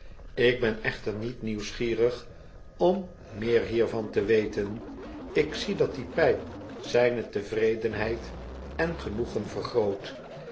ik ben echter niet nieuwsgierig ommeerhiervan te weten ik zie dat die pyp zijne tevredenheid en genoegen vergroot